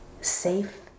safe